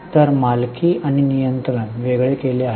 तर मालकी आणि नियंत्रण वेगळे केले आहे